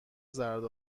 زرد